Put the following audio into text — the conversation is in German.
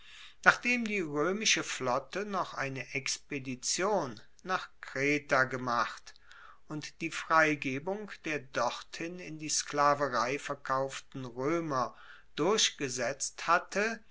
nachdem die roemische flotte noch eine expedition nach kreta gemacht und die freigebung der dorthin in die sklaverei verkauften roemer durchgesetzt hatte